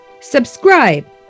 subscribe